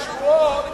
יש שמועות